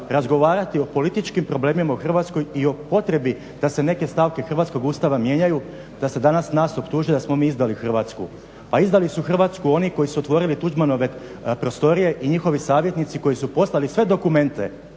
razgovarati o političkim problemima u Hrvatskoj i o potrebi da se neke stavke hrvatskog Ustava mijenjaju da se danas nas optužuje da smo mi izdali Hrvatsku? pa izdali su Hrvatsku oni koji su otvorili tuđmanove prostorije i njihovi savjetnici koji su poslali sve dokumente